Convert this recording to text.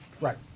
Right